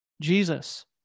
Jesus